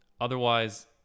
Otherwise